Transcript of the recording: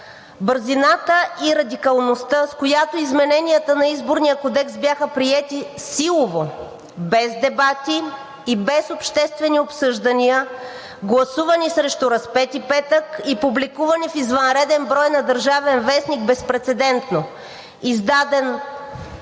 Бързината и радикалността, с която измененията на Изборния кодекс бяха приети силово, без дебати и без обществени обсъждания, гласувани срещу Разпети петък и публикувани в извънреден брой на „Държавен вестник“ безпрецедентно, издаден на